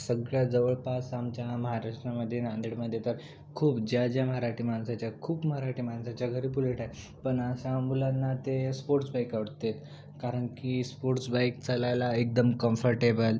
सगळ्या जवळपास आमच्या महाराष्ट्रामध्ये नांदेडमध्ये तर खूप ज्या ज्या मराठी माणसांच्या खूप मराठी माणसांच्या घरी बुलेट आहे पण अशा मुलांना ते स्पोर्ट्स बाईक आवडत आहेत कारण की स्पोर्ड्स बाईक चालायला एकदम कम्फर्टेबल